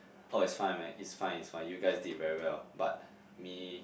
oh it's fine man it's fine it's fine you guys did very well but me